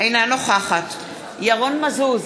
אינה נוכחת ירון מזוז,